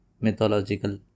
mythological